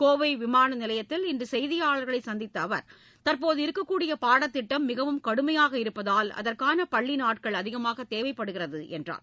கோவை விமான நிலையத்தில் இன்று செய்தியாளர்களை சந்தித்த அவர் தற்போது இருக்கக்கூடிய பாடத்திட்டம் மிகவும் கடுமையாக இருப்பதால் அதற்கான பள்ளி நாட்கள் அதிகமாக தேவைப்படுகிறது என்றார்